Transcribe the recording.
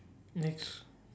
next